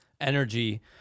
energy